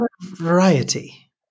variety